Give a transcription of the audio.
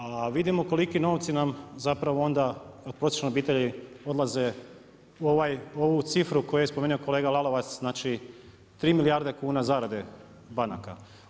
A vidimo koliko novci nam zapravo onda od prosječne obitelji odlaze u ovu cifru koje je spomenuo kolega Lalovac, znači 3 milijarde kuna zarade banaka.